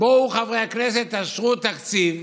בואו, חברי הכנסת, תאשרו תקציב.